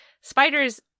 spiders